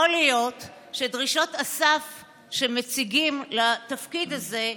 יכול להיות שדרישות הסף שמציגים לתפקיד הזה,